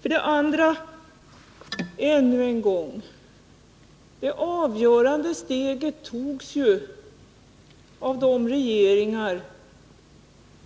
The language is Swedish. För det andra, ännu en gång, det avgörande steget togs ju av de regeringar